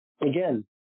Again